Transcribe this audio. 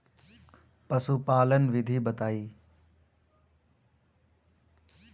पशुपालन विधि बताई?